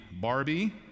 Barbie